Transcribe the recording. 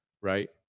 Right